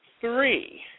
three